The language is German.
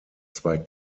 zwei